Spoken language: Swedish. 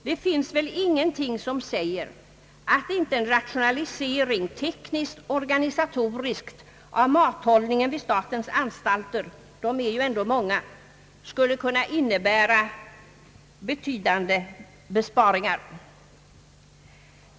Det finns väl ingenting som säger att en rationalisering tekniskt-organisatoriskt av mathållningen vid statens anstalter — de är ju ändå många — inte skulle kunna innebära betydande besparingar.